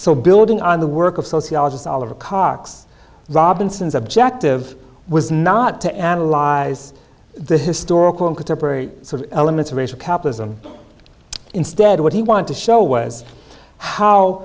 so building on the work of sociologist oliver cox robinson's objective was not to analyze the historical and contemporary elements of racial capitalism instead what he wanted to show was how